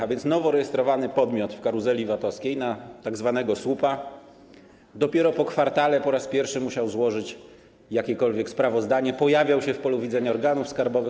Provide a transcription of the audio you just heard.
A więc nowo rejestrowany podmiot w karuzeli VAT-owskiej na tzw. słupa dopiero po kwartale po raz pierwszy musiał złożyć jakiekolwiek sprawozdanie, pojawiał się w polu widzenia organów skarbowych.